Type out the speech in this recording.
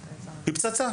היא פצצה